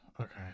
Okay